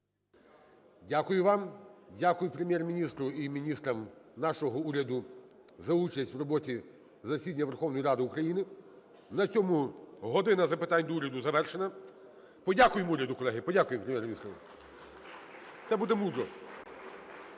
Дякую вам. Дякую Прем’єр-міністру і міністрам нашого уряду за участь у роботі засідання Верховної Ради України. На цьому "година запитань до Уряду" завершена. Подякуємо уряду, колеги, подякуємо Прем’єр-міністру. Це буде мудро.